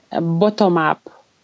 bottom-up